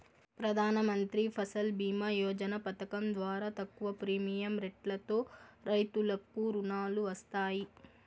ప్రధానమంత్రి ఫసల్ భీమ యోజన పథకం ద్వారా తక్కువ ప్రీమియం రెట్లతో రైతులకు రుణాలు వస్తాయి